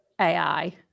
AI